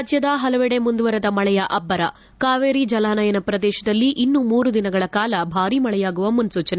ರಾಜ್ಯದ ಹಲವೆಡೆ ಮುಂದುವರೆದ ಮಳೆಯ ಅಬ್ಬರ ಕಾವೇರಿ ಜಲಾನಯನ ಪ್ರದೇಶದಲ್ಲಿ ಇನ್ನೂ ಮೂರುದಿನಗಳ ಕಾಲ ಭಾರೀ ಮಳೆಯಾಗುವ ಮುನ್ನೂಚನೆ